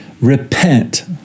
repent